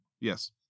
Yes